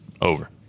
over